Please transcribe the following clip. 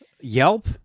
Yelp